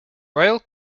royal